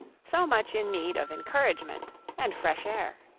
so much in need of encouragement and fresh air.